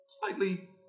slightly